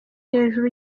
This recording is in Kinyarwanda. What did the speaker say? hejuru